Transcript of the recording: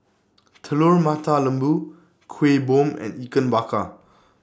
Telur Mata Lembu Kuih Bom and Ikan Bakar